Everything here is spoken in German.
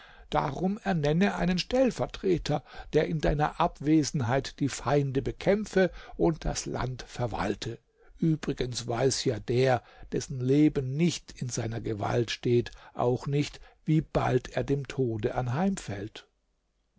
darum ernenne einen stellvertreter der in deiner abwesenheit die feinde bekämpfe und das land verwalte übrigens weiß ja der dessen leben nicht in seiner gewalt steht auch nicht wie bald er dem tode anheimfällt